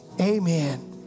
amen